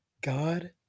God